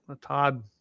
Todd